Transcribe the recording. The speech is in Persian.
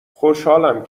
خوشحالم